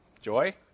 joy